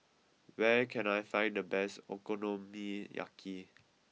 where can I find the best Okonomiyaki